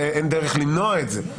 אין דרך למנוע את זה,